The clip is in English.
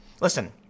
listen